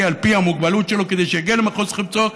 על פי המוגבלות שלו כדי שיגיע למחוז חפצו,